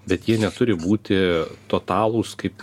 bet jie neturi būti totalūs kaip